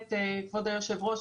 כבוד היושב-ראש,